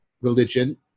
religion